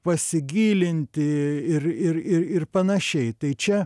pasigilinti ir ir ir ir panašiai tai čia